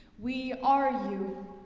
we are you.